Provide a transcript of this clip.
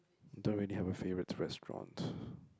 don't really have a favorite restaurant